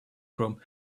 chrome